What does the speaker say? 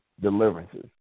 Deliverances